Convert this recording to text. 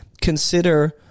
consider